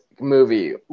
movie